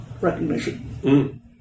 recognition